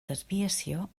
desviació